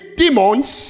demons